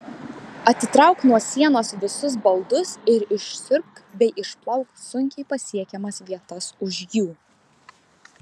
atitrauk nuo sienos visus baldus ir išsiurbk bei išplauk sunkiai pasiekiamas vietas už jų